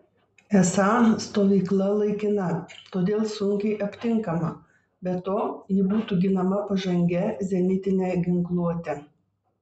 esą stovykla laikina todėl sunkiai aptinkama be to ji būtų ginama pažangia zenitine ginkluote